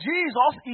Jesus